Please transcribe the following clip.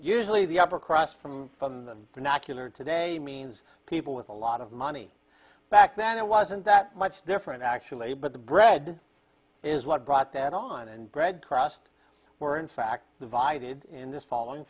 usually the upper crust from from the vernacular today means people with a lot of money back then it wasn't that much different actually but the bread is what brought that on and bread crusts were in fact divided in this following